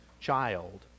child